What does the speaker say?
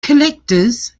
collectors